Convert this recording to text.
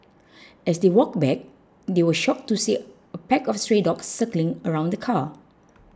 as they walked back they were shocked to see a pack of stray dogs circling around the car